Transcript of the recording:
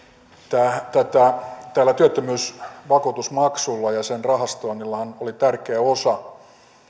puhemies tällä työttömyysvakuutusmaksulla ja sen rahastoinnillahan oli tärkeä osa